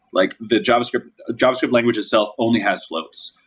like the javascript javascript language itself only has floats.